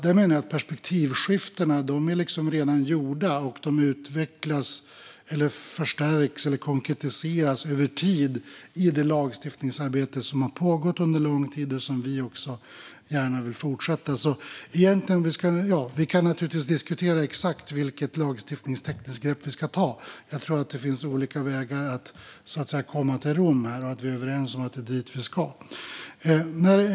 Jag menar att perspektivskiftena redan är gjorda. De utvecklas, förstärks eller konkretiseras över tid i det lagstiftningsarbete som har pågått under lång tid och som vi också gärna vill fortsätta. Vi kan naturligtvis diskutera exakt vilket lagstiftningstekniskt grepp vi ska ta. Jag tror att det finns olika vägar för att, så att säga, komma till ro med det och komma överens om att det är dit vi ska.